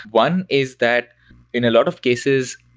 one is that in a lot of cases,